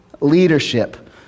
leadership